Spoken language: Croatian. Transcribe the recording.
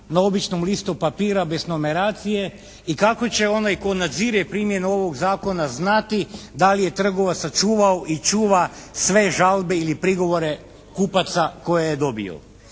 na običnom listu papira bez numeracije i kako će onaj tko nadzire primjenu ovog Zakona znati da li je trgovac sačuvao i čuva sve žalbe ili prigovore kupaca koje je dobio.